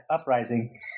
Uprising